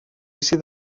sydd